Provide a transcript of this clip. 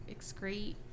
excrete